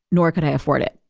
nor could i afford it.